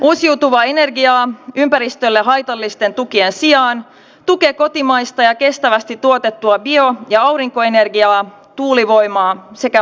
uusiutuva energia ympäristölle haitallisten tukien sijaan tukee kotimaista ja kestävästi tuotettua bio ja aurinkoenergiaa tuulivoimaa sekä maalämpöä